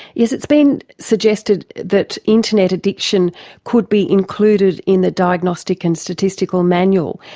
yes it's been suggested that internet addiction could be included in the diagnostic and statistical manual,